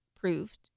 proved